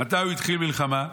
מתי הוא התחיל במלחמה?